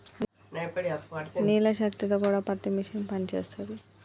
నీళ్ల శక్తి తో కూడా పత్తి మిషన్ పనిచేస్తది